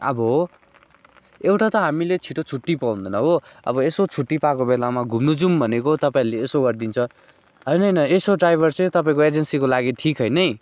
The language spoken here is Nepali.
अब एउटा त हामीले छिटो छुट्टी पाउँदैन हो अब यसो छुट्टी पाएको बेलामा घुम्नु जाउँ भनेको तपाईँहरूले यसो गरिदिन्छ होइन होइन यस्तो ड्राइभर चाहिँ तपाईँको एजन्सीको लागि ठिक होइन है